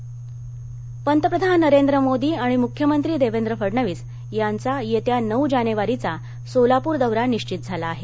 मोदी सोलापर पंतप्रधान नरेंद्र मोदी आणि मुख्यमंत्री देवेंद्र फडणवीस यांचा येत्या नऊ जानेवारीचा सोलापूर दौरा निश्वित झाला आहे